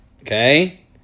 Okay